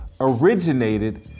originated